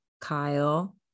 Kyle